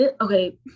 okay